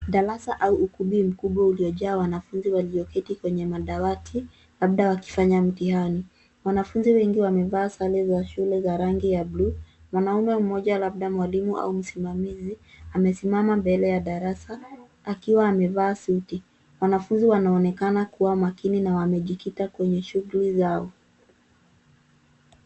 Darasa au ukumbi uliyojaa wanafunzi walioketi kwenye madawati labda wakifanya mtihani. Wanafunzi wengi wamevaa sare za shule za rangi ya blue ,mwanamume mmoja labda mwalimu au msimamizi amesimama mbele ya darasa akiwa amevaa suti .Wanafunzi wanaonekana kuwa makini na wamejikita kwenye shughuli zao.